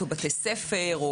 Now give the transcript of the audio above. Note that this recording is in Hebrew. בתי ספר,